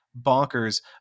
bonkers